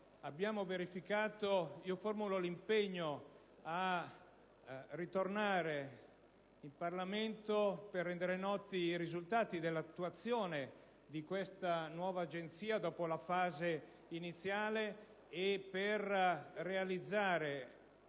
possibile verificare, formulo l'impegno a ritornare in Parlamento per rendere noti i risultati dell'attuazione di questa nuova Agenzia, dopo la fase iniziale, e per introdurre